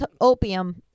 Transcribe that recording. opium